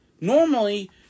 normally